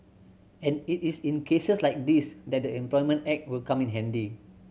and it is in cases like these that the Employment Act will come in handy